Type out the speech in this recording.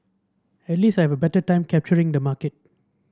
at least I've better time capturing the market